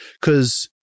Because-